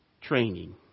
Training